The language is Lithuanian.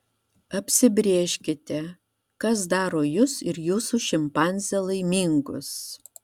apsibrėžkite kas daro jus ir jūsų šimpanzę laimingus